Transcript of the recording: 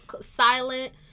silent